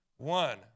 one